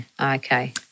Okay